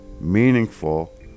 meaningful